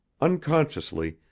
Unconsciously